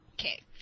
Okay